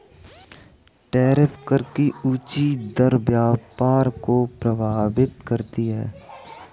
tariff कर की ऊँची दर व्यापार को प्रभावित करती है